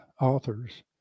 authors